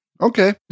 Okay